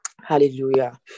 hallelujah